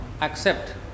accept